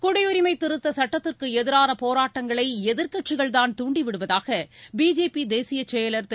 குடியுரிமை திருத்தச் சட்டத்திற்கு எதிரான போராட்டங்களை எதிர்க்கட்சிகள்தான் தூண்டிவிடுவதாக பிஜேபி தேசிய செயலர் திரு